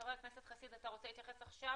חבר הכנסת ברוכי, אתה רוצה להתייחס עכשיו?